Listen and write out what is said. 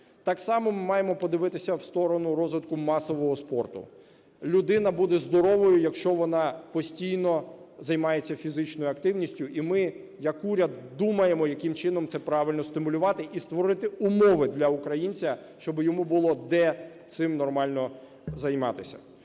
Так само ми маємо подивитися в сторону розвитку масового спорту. Людина буде здоровою, якщо вона постійно займається фізичною активністю і ми як уряд думаємо, яким чином це правильно стимулювати і створити умови для українця, щоби йому було де цим нормально займатися.